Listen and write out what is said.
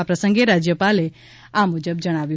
આ પ્રસંગે રાજ્યપાલે આ મુજબ જણાવ્યું